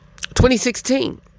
2016